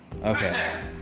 okay